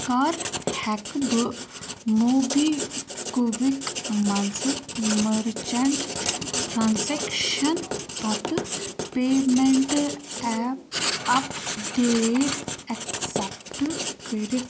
کَر ہٮ۪کہٕ بہٕ موبی کُوِک منٛزٕ مٔرچنٛٹ ٹرٛانٛزیکشن پَتہٕ پیمینٛٹ ایٚپ اَپ ڈیٹ ایٚکسَپٹہٕ کٔرِتھ